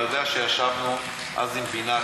אתה יודע שישבנו אז עם בינת,